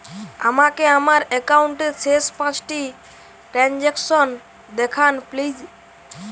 আমাকে আমার একাউন্টের শেষ পাঁচটি ট্রানজ্যাকসন দেখান প্লিজ